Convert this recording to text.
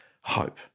hope